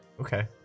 Okay